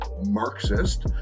Marxist